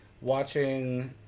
Watching